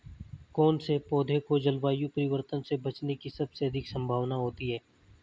कौन से पौधे को जलवायु परिवर्तन से बचने की सबसे अधिक संभावना होती है?